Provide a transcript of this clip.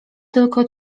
tylko